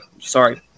Sorry